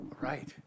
Right